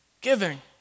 giving